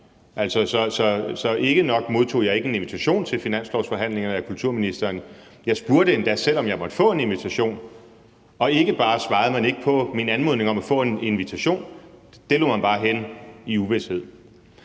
ikke alene modtog jeg ikke en invitation til finanslovsforhandlingerne af kulturministeren, og jeg spurgte endda også selv, om jeg måtte få en invitation, men man svarede heller ikke på min anmodning om at få en invitation og lod det bare stå hen i det